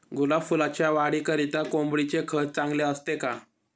गुलाब फुलाच्या वाढीकरिता कोंबडीचे खत चांगले असते का?